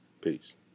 Peace